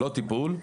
לא טיפול,